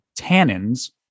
tannins